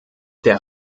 der